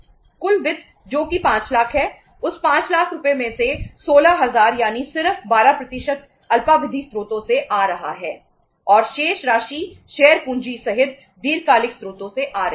कुल वित्त जो कि 5 लाख है उस 5 लाख रुपये में से 16000 यानी सिर्फ 12 अल्पावधि स्रोतों से आ रहा है और शेष राशि शेयर पूंजी सहित दीर्घकालिक स्रोतों से आ रही है